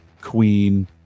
Queen